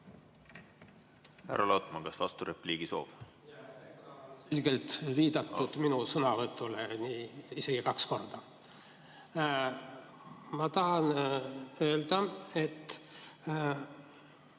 Härra Lotman, kas vasturepliigisoov? Ilmselt viidati minu sõnavõtule, isegi kaks korda. Ma tahan öelda, et